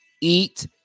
eat